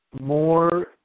more